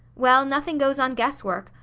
well, nothing goes on guess-work.